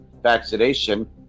vaccination